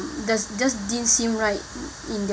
there's just didn't seem right in their